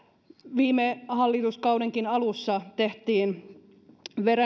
viime hallituskaudenkin alussa tehtiin